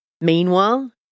Meanwhile